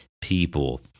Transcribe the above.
people